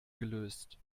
gelöst